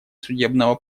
судебного